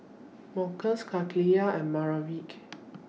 Marcos Kaliyah and Maverick